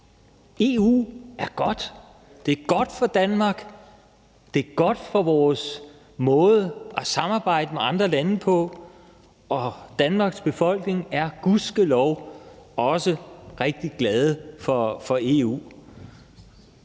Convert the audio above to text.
EU er godt. Det er godt for Danmark; det er godt for vores måde at samarbejde med andre lande på. Danmarks befolkning er gudskelov også rigtig glad for EU.